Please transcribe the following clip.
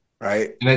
Right